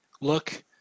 look